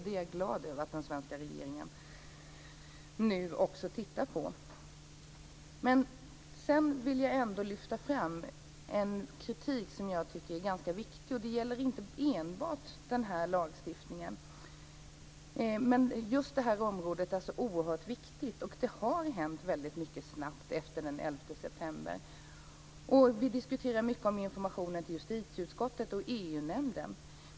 Jag är glad över att den svenska regeringen nu tittar på detta. Sedan vill jag lyfta fram en kritik som jag tycker är ganska viktig, och det gäller inte enbart den här lagstiftningen. Det här området är oerhört viktigt, och det har hänt väldigt mycket snabbt efter den 11 september. Vi diskuterar mycket informationen till justitieutskottet och EU-nämnden.